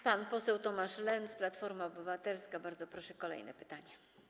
Pan poseł Tomasz Lenz, Platforma Obywatelska, bardzo proszę, kolejne pytanie.